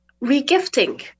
re-gifting